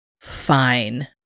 fine